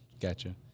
gotcha